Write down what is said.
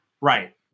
Right